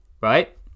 right